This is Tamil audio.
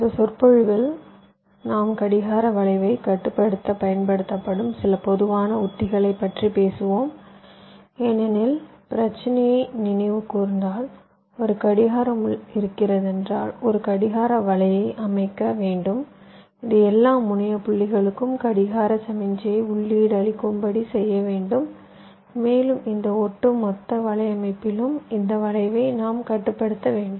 இந்த சொற்பொழிவில் நாம் கடிகார வளைவைக் கட்டுப்படுத்தப் பயன்படுத்தப்படும் சில பொதுவான உத்திகளைப் பற்றிப் பேசுவோம் ஏனெனில் பிரச்சினையை நினைவு கூர்ந்தால் ஒரு கடிகார முள் இருக்கிறதென்றால் ஒரு கடிகார வலையை அமைக்க வேண்டும் இது எல்லா முனைய புள்ளிகளுக்கும் கடிகார சமிக்ஞையை உள்ளீடு அளிக்கும்படி செய்யவேண்டும் மேலும் இந்த ஒட்டுமொத்த வலையமைப்பிலும் இந்த வளைவை நாம் கட்டுப்படுத்த வேண்டும்